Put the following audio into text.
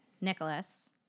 Nicholas